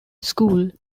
school